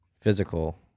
physical